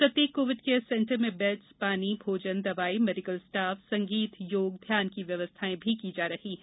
प्रत्येक covid care centre में beds पानी भोजन दवाई मेडिकल स्टॉफ संगीत योग ध्यान की व्यवस्थाएँ भी की जा रही हैं